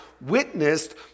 witnessed